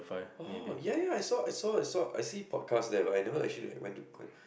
!oh! ya ya I saw I saw I saw I see podcast there but I never actually like went to